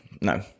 no